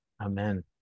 Amen